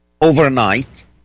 overnight